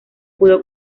pudo